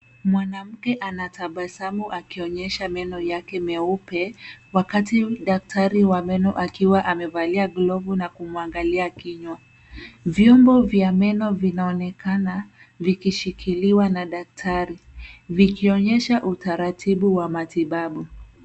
Mwanamke anatabasamu akionyesha meno yake meupe wakati daktari wa meno akiwa amevalia glovu na kumwangalia kinywa. Vyombo vya meno vinaonekana vikishikiliwa na daktari vikionyesha utaratibu wa matibabu.